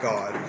God